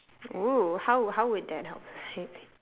!woo! how how would that help